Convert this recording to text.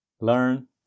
Learn